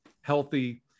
healthy